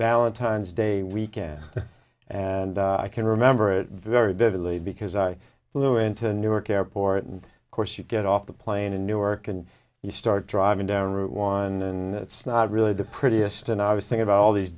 valentine's day weekend and i can remember it very vividly because i flew into newark airport and of course you get off the plane in newark and you start driving down route one and it's not really the prettiest and i was think about all these